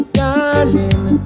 darling